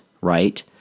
right